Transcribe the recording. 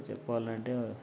ఇంకా చెప్పాలంటే